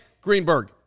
Greenberg